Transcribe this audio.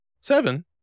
Seven